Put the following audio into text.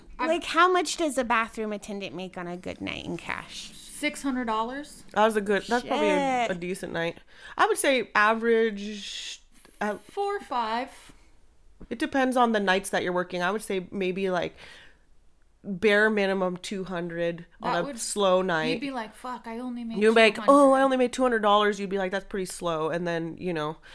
I'm- Like, how much does a bathroom attendant make on a good night in cash? $600? That was a good- that's probably a- Shit. a decent night. I would say average, uh, Four or five. it depends on the nights that you're working. I would say maybe, like, bare minimum 200 on That a would- slow you'd night. be like, "Fuck, I only made 200." You'd be like, "Oh, I only made $200," you'd be like, "That's pretty slow," and then, you know,